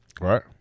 right